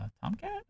Tomcat